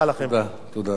תודה, אדוני.